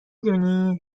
دونی